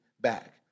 back